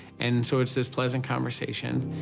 and so it's this pleasant conversation.